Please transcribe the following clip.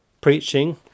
preaching